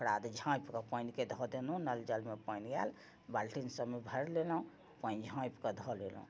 तकरा बाद झाँपिके पानिके धऽ देलहुँ नल जलमे पानि आयल बाल्टीन सबमे भरि लेलहुँ पानि झाँपिके धऽ लेलहुँ